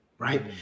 right